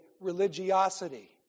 religiosity